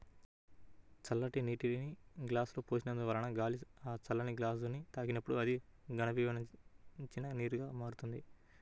చల్లటి నీటిని గ్లాసులో పోసినందువలన గాలి ఆ చల్లని గ్లాసుని తాకినప్పుడు అది ఘనీభవించిన నీరుగా మారుతుంది